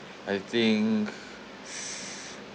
I think